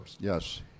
Yes